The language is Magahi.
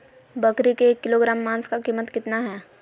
बकरी के एक किलोग्राम मांस का कीमत कितना है?